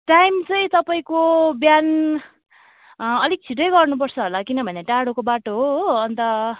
time चाहिँ तपाईँको बिहान अलिक छिट्टै गर्नु पर्छ होला कि किनभने टाडोको बाटो हो हो अन्त